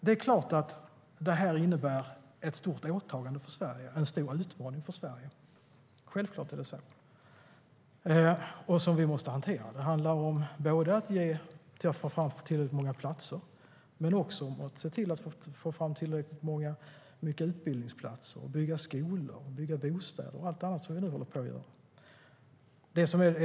Det är klart att det här innebär ett stort åtagande för Sverige och en stor utmaning för Sverige som vi måste hantera. Självklart är det så. Det handlar om att få fram tillräckligt många platser men också om att få fram tillräckligt många utbildningsplatser, om att bygga skolor och bostäder och om allt annat som vi nu håller på att göra.